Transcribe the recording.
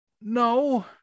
No